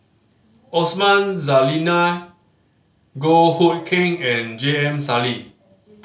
Osman Zailani Goh Hood Keng and J M Sali